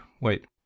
wait